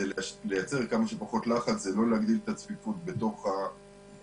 לייצר כמה שפחות לחץ זה לא להגדיל את הצפיפות בתוך החדרים